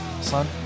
son